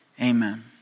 Amen